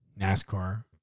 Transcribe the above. NASCAR